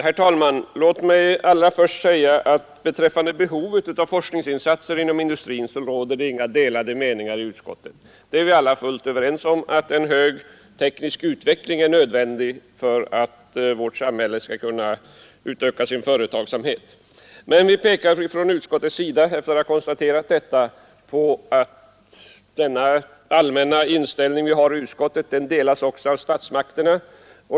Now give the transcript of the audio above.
Herr talman! Låt mig allra först säga att beträffande behovet av forskningsinsatser inom industrin råder inga delade meningar i utskottet. Vi är alla fullt överens om att en hög teknisk utveckling är nödvändig för att vårt samhälle skall kunna utöka sin företagsamhet. Men vi pekar från utskottsmajoritetens sida efter att ha konstaterat detta på att denna allmänna inställning också delas av statsmakterna.